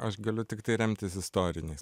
aš galiu tiktai remtis istoriniais